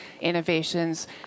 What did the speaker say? innovations